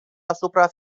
asupra